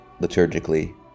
liturgically